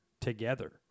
together